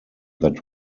that